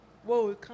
Whoa